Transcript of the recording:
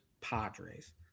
Padres